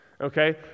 Okay